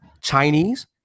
Chinese